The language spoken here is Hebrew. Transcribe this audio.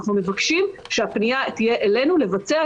אנחנו מבקשים שהפניה תהיה אלינו לבצע,